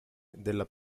della